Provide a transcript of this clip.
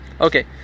Okay